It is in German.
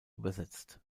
übersetzt